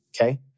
Okay